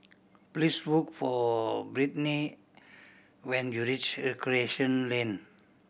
please look for Britni when you reach Recreation Lane